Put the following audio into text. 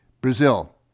Brazil